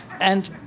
and